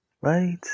right